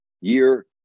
year